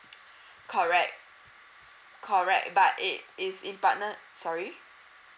correct correct but it it's in partner sorry